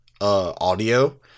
audio